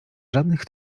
żadnych